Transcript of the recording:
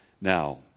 Now